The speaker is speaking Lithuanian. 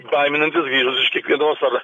baiminantis grįžus iš kiekvienos ar